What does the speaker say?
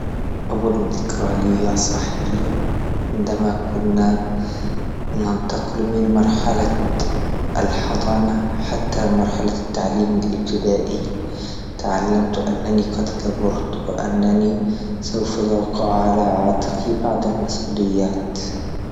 أول ذكرى لي يا صاحبي عندما كنا ننتقل من مرحلة الحضانة حتى مرحلة التعليم الابتدائي، تعلمت أنني قد كبرت وأنني سوف يقع على عاتقي بعض المسئوليات